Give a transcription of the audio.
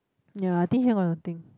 ya I think here got nothing